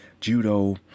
judo